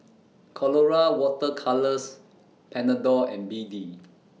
Colora Water Colours Panadol and B D